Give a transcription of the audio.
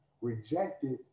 rejected